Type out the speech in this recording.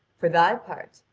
for thy part,